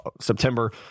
September